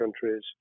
countries